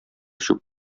чүп